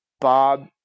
Bob